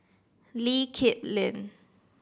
Lee Kip Lin